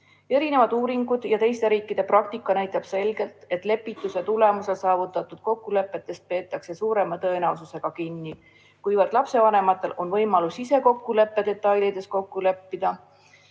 Erinevad uuringud ja teiste riikide praktika näitab selgelt, et lepituse tulemusel saavutatud kokkulepetest peetakse suurema tõenäosusega kinni, kuivõrd lapsevanematel on võimalus ise kokkuleppe detailides kokku